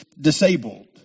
disabled